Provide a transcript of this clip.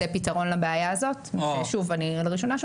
פתרון לבעיה הזאת שאני שומעת עליה לראשונה,